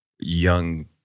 young